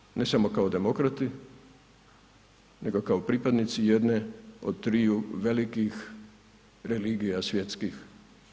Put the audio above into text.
Govorimo ne samo kao demokrati, nego kao pripadnici jedne od triju velikih religija svjetskih